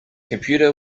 computer